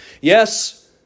Yes